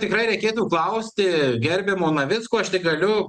tikrai reikėtų klausti gerbiamo navicko aš tik galiu